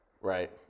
right